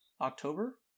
october